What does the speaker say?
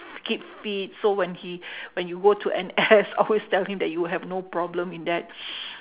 keep fit so when he when you go to N_S always tell him that you will have no problem in that